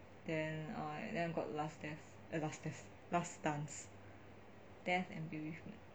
then I then I got last death eh last death last dance death and bereavement